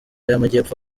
y’amajyepfo